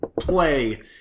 play